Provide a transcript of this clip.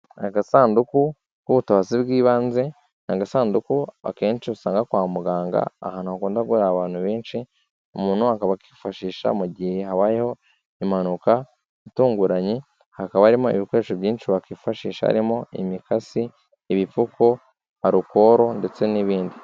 Agasanduku k'ubutabazi bw'ibanze, ni agasanduku akenshi usanga kwa muganga ahantu hakunda guhurira abantu benshi, umuntu akaba akifashisha mu gihe habayeho impanuka itunguranye, hakaba harimo ibikoresho byinshi wakifashisha harimo imikasi, ibipfuko, arukoro, ndetse n'ibindi.